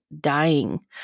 dying